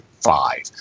five